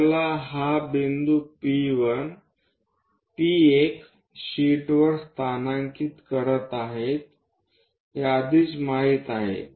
आपल्याला हा बिंदू P1 शीटवर स्थानांकित करत आहे हे आधीच माहित आहे